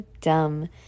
dumb